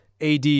AD